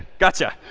gotcha.